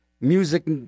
music